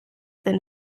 than